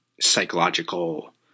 psychological